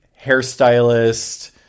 hairstylist